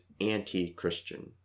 anti-christian